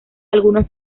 algunos